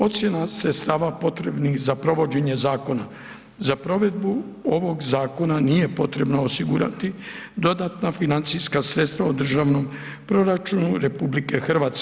Ocjena sredstava potrebnih za provođenje zakona, za provedbu ovog zakona nije potrebno osigurati dodatna financijska sredstva u državnom proračunu RH.